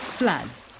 Floods